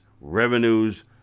revenues